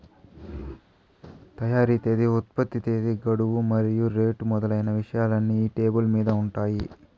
తయారీ తేదీ ఉత్పత్తి తేదీ గడువు మరియు రేటు మొదలైన విషయాలన్నీ ఈ లేబుల్ మీద ఉంటాయి